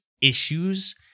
issues